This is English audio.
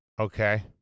Okay